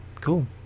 Cool